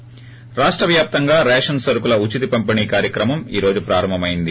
ి రాష్ట వ్యాప్తంగా రేషన్ సరకుల ఉచిత పంపిణీ కార్యక్రమం ఈ రోజు ప్రారంభమైంది